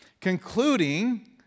concluding